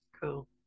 Cool